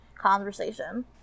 conversation